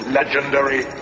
legendary